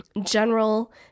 general